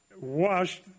Washed